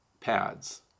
pads